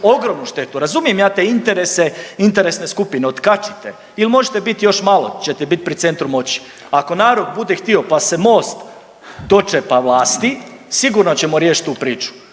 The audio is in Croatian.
ogromnu štetu. Razumijem ja te interese, interesne skupine, otkačite ili možete biti još malo ćete biti pri centru moći. Ako narod bude htio pa se Most dočepa vlasti sigurno ćemo riješit tu priču.